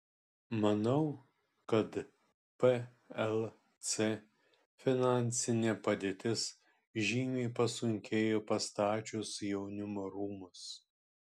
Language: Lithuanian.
manau kad plc finansinė padėtis žymiai pasunkėjo pastačius jaunimo rūmus